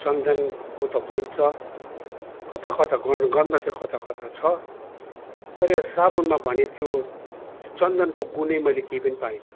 चन्दनको त भन्छ कता कता गना गन्ध चाहिँ कता कता छ तर यो साबुनमा भने त्यो चन्दनको गुणै मैले केही पनि पाइनँ